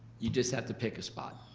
you just have to pick a spot,